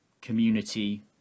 community